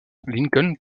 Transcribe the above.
lincoln